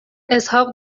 اسحاق